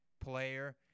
player